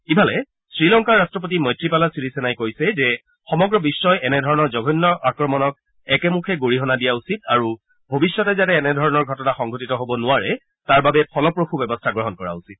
ইফালে শ্ৰীলংকাৰ ৰাট্টপতি মৈত্ৰীপালা ছিৰিছেনাই কৈছে যে সমগ্ৰ বিশ্বই এনেধৰণৰ জঘন্য আক্ৰমণক একেমুখে গৰিহণা দিয়া উচিত আৰু ভৱিষ্যতে যাতে এনে ধৰণৰ ঘটনা সংঘটিত হ'ব নোৱাৰে তাৰবাবে ফলপ্ৰসূ ব্যৱস্থা গ্ৰহণ কৰা উচিত